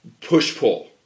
push-pull